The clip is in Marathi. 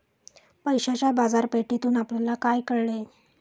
पैशाच्या बाजारपेठेतून आपल्याला काय कळले?